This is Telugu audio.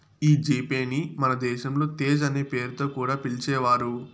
ఈ జీ పే ని మన దేశంలో తేజ్ అనే పేరుతో కూడా పిలిచేవారు